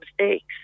mistakes